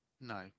No